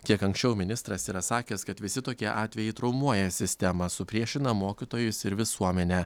kiek anksčiau ministras yra sakęs kad visi tokie atvejai traumuoja sistemą supriešina mokytojus ir visuomenę